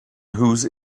whose